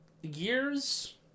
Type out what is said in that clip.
Years